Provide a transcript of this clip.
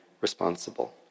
responsible